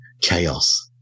chaos